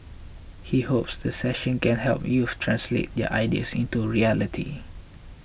he hopes the session can help youths translate their ideas into reality